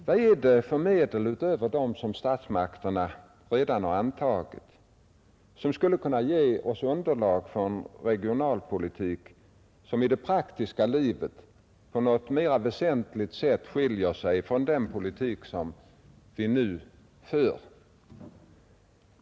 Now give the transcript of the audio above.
Vad är det för medel utöver dem som statsmakterna redan har beslutat om som skulle ge oss underlag för en regionalpolitik som i det praktiska livet på något mera väsentligt sätt skiljer sig från den politik som vi nu för?